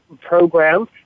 program